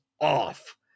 off